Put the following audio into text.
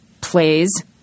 plays